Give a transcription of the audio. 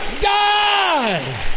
die